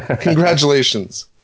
Congratulations